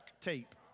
tape